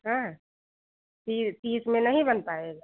हाँ ती तीस में नहीं बन पाएगा